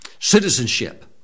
citizenship